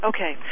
Okay